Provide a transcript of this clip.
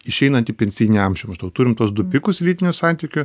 išeinant į pensijinį amžių maždaug turim tuos du pikus lytinių santykių